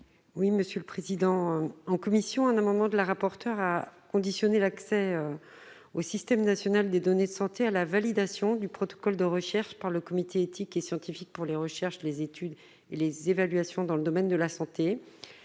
Oui monsieur le en commission un amendement de la rapporteure à conditionner l'accès au système national des données de santé à la validation du protocole de recherche par le comité éthique et scientifique pour les recherches, les études et les évaluations dans le domaine de la santé